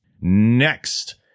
Next